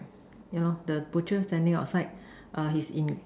yeah lor the butcher standing outside err he's in